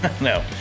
no